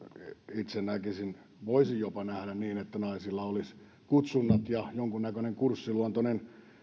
itse voisin jopa nähdä niin että naisilla olisi kutsunnat ja jonkunnäköinen kurssiluontoinen